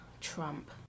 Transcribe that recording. Trump